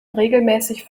regelmäßig